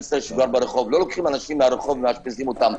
לא לוקחים אנשים מהרחוב ומאשפזים אותם.